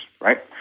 right